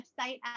website